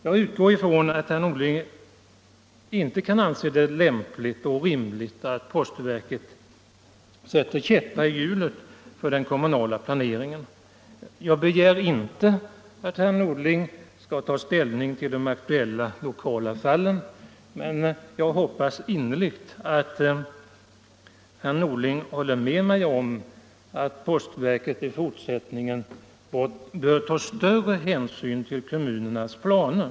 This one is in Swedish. Jag utgår ifrån att herr Norling inte kan anse det lämpligt och rimligt att postverket sätter käppar i hjulet för den kommunala planeringen. Jag begär inte att herr Norling skall ta ställning till de aktuella lokala fallen, men jag hoppas innerligt att herr Norling håller med mig om att postverket i fortsättningen bör ta större hänsyn till kommunernas planer.